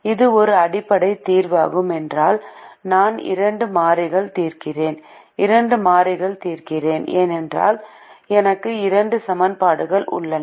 இது ஒரு அடிப்படை தீர்வாகும் ஏனென்றால் நான் இரண்டு மாறிகள் தீர்க்கிறேன் இரண்டு மாறிகள் தீர்க்கிறேன் ஏனென்றால் எனக்கு இரண்டு சமன்பாடுகள் உள்ளன